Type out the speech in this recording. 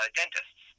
dentists